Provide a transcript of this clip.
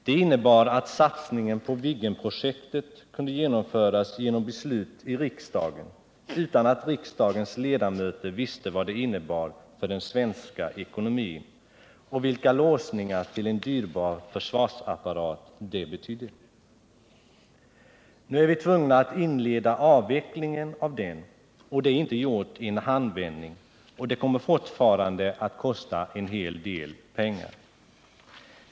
Det innebar att satsningen på Viggenprojektet kunde genomföras genom beslut i riksdagen utan att riksdagens ledamöter visste vad det innebar för den svenska ekonomin och vilka låsningar till en dyrbar försvarsapparat det betydde. Nu är vi tvungna att inleda avvecklingen av den. Det är inte gjort i en handvändning, och det kommer fortfarande att kosta en hel del pengar.